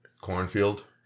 Cornfield